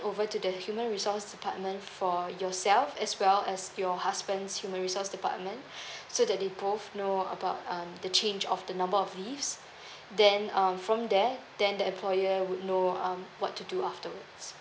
over to the human resource department for yourself as well as your husband's human resource department so that they both know about um the change of the number of leaves then um from there then the employer would know um what to do afterwards